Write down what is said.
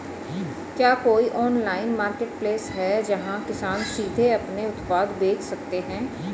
क्या कोई online marketplace है जहां किसान सीधे अपने उत्पाद बेच सकते हैं?